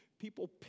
People